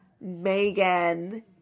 Megan